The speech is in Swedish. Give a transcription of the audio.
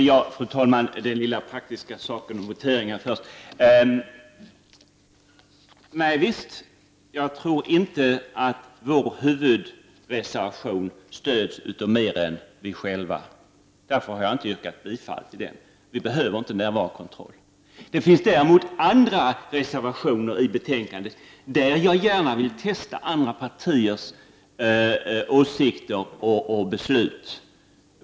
Fru talman! Först skall jag ta upp den lilla praktiska frågan om voteringarna. Nej, jag tror inte att miljöpartiets huvudreservation stöds av några andra än oss själva, och därför har jag inte yrkat bifall till den. Närvarokontroll behövs inte. Det finns däremot andra reservationer till betänkandet där jag gärna vill testa andra partiers åsikter och beslut.